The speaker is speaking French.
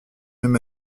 même